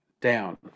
down